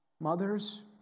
Mothers